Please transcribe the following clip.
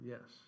Yes